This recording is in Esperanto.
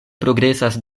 progresas